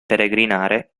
peregrinare